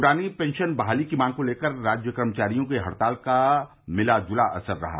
पुरानी पेंशन बहाली की मांग को लेकर राज्य कर्मचारियों की हड़ताल का मिला जुला असर रहा